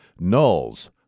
Nulls